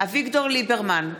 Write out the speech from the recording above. אביגדור ליברמן,